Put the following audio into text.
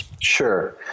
Sure